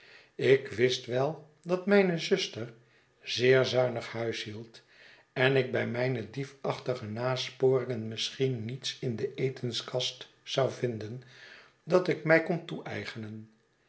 ik wist wel dat mijne zuster zeer zuinig huishield en ik bij mijne diefachtige nasporingen misschien niets in de etenskast zou vinden dat ik mij kon toeeigenen